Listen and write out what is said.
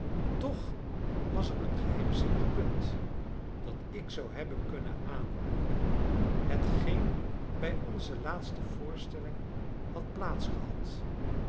toch was er een geheimzinnig punt dat ik zou hebben kunnen aanhalen hetgeen bij onze laatste voorstelling had